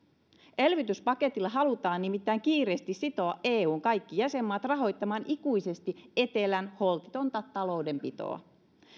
elvytyspaketilla halutaan nimittäin kiireesti sitoa eun kaikki jäsenmaat rahoittamaan ikuisesti etelän holtitonta taloudenpitoa